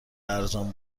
ارزان